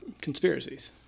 conspiracies